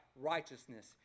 righteousness